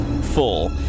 full